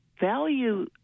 value